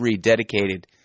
dedicated